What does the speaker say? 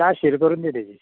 चार शिर कोरून दी तेजे